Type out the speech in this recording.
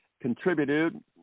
contributed